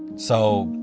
so,